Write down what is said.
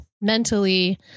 mentally